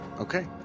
Okay